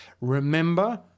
Remember